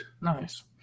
Nice